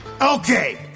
Okay